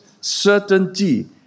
certainty